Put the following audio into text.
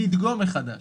לדגום מחדש,